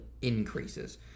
increases